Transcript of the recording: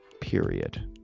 period